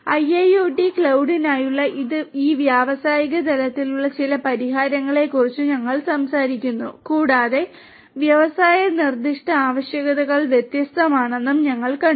IIoT ക്ലൌഡിനായുള്ള ഈ വ്യാവസായിക തലത്തിലുള്ള ചില പരിഹാരങ്ങളെക്കുറിച്ച് ഞങ്ങൾ സംസാരിക്കുന്നു കൂടാതെ വ്യവസായ നിർദ്ദിഷ്ട ആവശ്യകതകൾ വ്യത്യസ്തമാണെന്നും ഞങ്ങൾ കണ്ടു